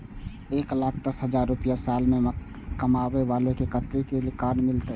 एक लाख दस हजार रुपया साल में कमाबै बाला के कतेक के कार्ड मिलत?